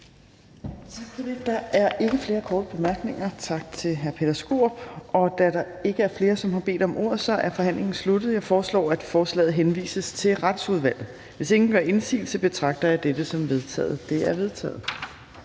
Der er ikke flere korte bemærkninger, så tak til hr. Peter Skaarup. Da der ikke er flere, som har bedt om ordet, er forhandlingen sluttet. Jeg foreslår, at forslaget henvises til Retsudvalget. Hvis ingen gør indsigelse, betragter jeg dette som vedtaget. Det er vedtaget.